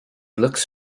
looks